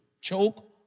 choke